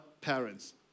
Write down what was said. parents